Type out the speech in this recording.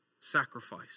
sacrifice